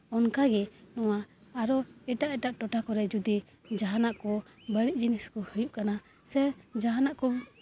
ᱚᱱᱠᱟ ᱜᱮ ᱟᱨᱚ ᱱᱚᱣᱟ ᱮᱴᱟᱜ ᱮᱴᱟᱜ ᱴᱚᱴᱷᱟ ᱠᱚᱨᱮᱜ ᱡᱩᱫᱤ ᱡᱟᱦᱟᱱᱟᱜ ᱠᱚ ᱵᱟᱹᱲᱤᱡ ᱡᱤᱱᱤᱥ ᱠᱚ ᱦᱩᱭᱩᱜ ᱠᱟᱱᱟ ᱥᱮ ᱡᱟᱦᱟᱱᱟᱜ ᱠᱚ